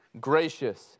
gracious